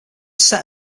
set